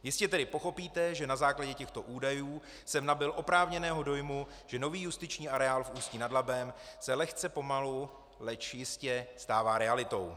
Jistě tedy pochopíte, že na základě těchto údajů jsem nabyl oprávněného dojmu, že nový justiční areál v Ústí nad Labem se lehce pomalu, leč jistě, stává realitou.